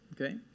okay